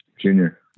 junior